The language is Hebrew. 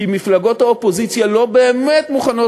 כי מפלגות האופוזיציה לא באמת מוכנות